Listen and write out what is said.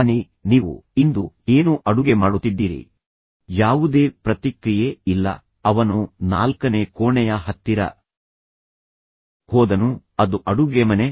ಹನಿ ನೀವು ಇಂದು ಏನು ಅಡುಗೆ ಮಾಡುತ್ತಿದ್ದೀರಿ ಯಾವುದೇ ಪ್ರತಿಕ್ರಿಯೆ ಇಲ್ಲ ಅವನು ನಾಲ್ಕನೇ ಕೋಣೆಯ ಹತ್ತಿರ ಹೋದನು ಅದು ಅಡುಗೆಮನೆ